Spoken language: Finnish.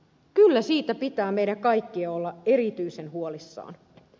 kyllä siitä pitää meidän kaikkien olla erityisen huolissaan